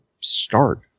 start